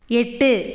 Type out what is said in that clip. எட்டு